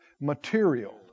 material